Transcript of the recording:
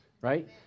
right